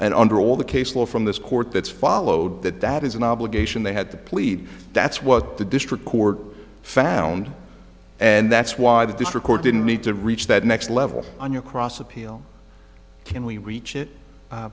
and under all the case law from this court that's followed that that is an obligation they had to plead that's what the district court found and that's why this record didn't need to reach that next level on your cross appeal can we reach it